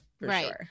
Right